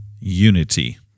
Unity